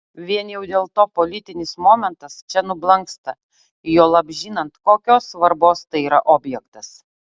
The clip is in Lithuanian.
vien jau dėl to politinis momentas čia nublanksta juolab žinant kokios svarbos tai yra objektas